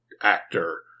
actor